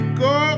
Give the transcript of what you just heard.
go